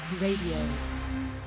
Radio